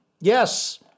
Yes